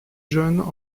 john